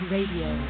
Radio